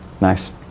Nice